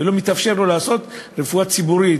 ולא מתאפשר לו לעשות בה לא רפואה ציבורית,